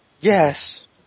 Yes